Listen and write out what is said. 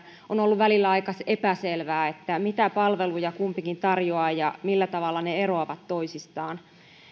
on on ollut välillä aika epäselvää mitä palveluja kumpikin tarjoaa ja millä tavalla ne eroavat toisistaan